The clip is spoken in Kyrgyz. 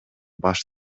баш